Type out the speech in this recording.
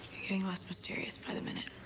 you're getting less mysterious by the minute.